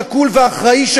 שקול ואחראי,